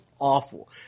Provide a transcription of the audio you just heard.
awful